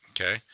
okay